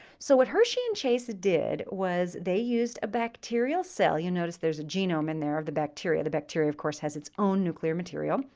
so what hershey and chase did was they used a bacteria cell. you notice there's a genome in there of the bacteria. the bacteria, of course, has its own nuclear material,